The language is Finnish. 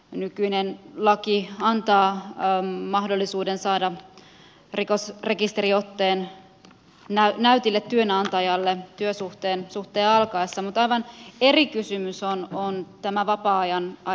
nykyinen laki antaa mahdollisuuden saada rikosrekisteriotteen näytille työnantajalle työsuhteen alkaessa mutta aivan eri kysymys on tämä vapaa ajan toiminta